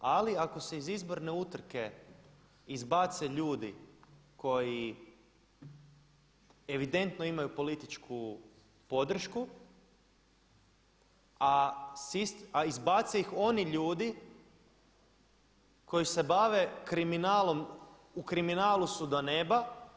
Ali ako se iz izborne utrke izbace ljudi koji evidentno imaju političku podršku a izbace ih oni ljudi koji se bave kriminalom, u kriminalu su do neba.